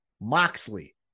Moxley